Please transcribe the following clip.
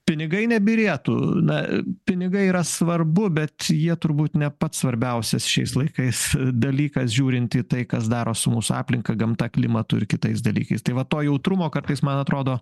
pinigai nebyrėtų na pinigai yra svarbu bet jie turbūt ne pats svarbiausias šiais laikais dalykas žiūrint į tai kas daros su mūsų aplinka gamta klimatu ir kitais dalykais tai va to jautrumo kartais man atrodo